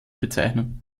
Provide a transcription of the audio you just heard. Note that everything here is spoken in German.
bezeichnen